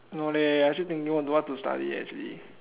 no leh I actually thinking what to what to study actually